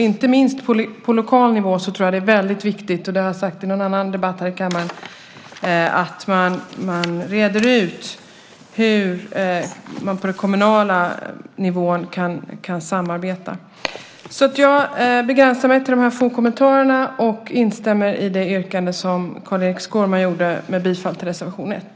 Inte minst på lokal nivå är det viktigt, och det har jag sagt i en annan debatt i kammaren, att reda ut hur man kan samarbeta på den kommunala nivån. Jag begränsar mig till dessa få kommentarer och instämmer i det yrkande som Carl-Erik Skårman framförde, nämligen bifall till reservation 1.